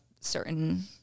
certain